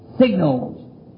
signals